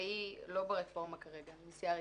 והיא לא ברפורמה כרגע, זו נסיעה רגילה.